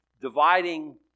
dividing